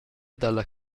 dalla